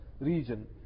region